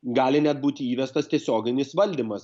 gali net būti įvestas tiesioginis valdymas